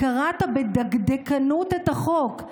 קראת בדקדקנות את החוק.